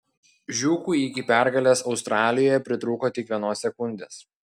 žiūkui iki pergalės australijoje pritrūko tik vienos sekundės